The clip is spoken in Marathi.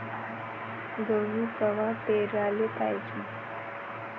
गहू कवा पेराले पायजे?